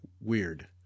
weird